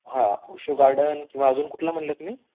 हां उशू गार्डन किंवा अजून कुठलं म्हणलं तुम्ही